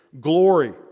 glory